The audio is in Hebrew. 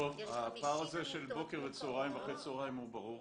הפער הזה של בוקר וצהרים ואחרי הצהרים הוא ברור,